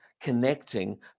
connecting